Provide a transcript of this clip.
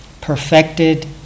perfected